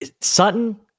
Sutton